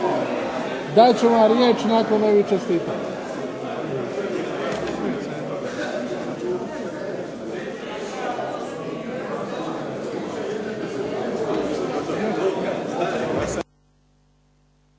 Dat ću vam riječ nakon ovih čestitanja.